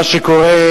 מה שקורה,